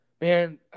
man